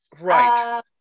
Right